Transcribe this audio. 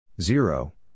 zero